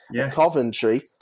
Coventry